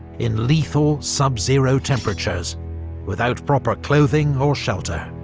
in lethal sub-zero temperatures without proper clothing or shelter.